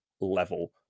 level